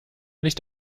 nicht